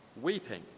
Weeping